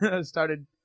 started